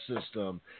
system